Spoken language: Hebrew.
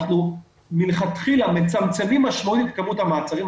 אנחנו מלכתחילה מצמצמים משמעותית את כמות המעצרים,